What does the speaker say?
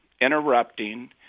interrupting